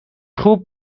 خوب